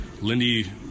Lindy